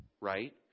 right